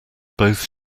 both